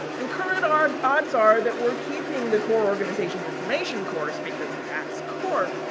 and, current odds odds are that we're keeping the core organization information course because that's core.